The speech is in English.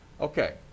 Okay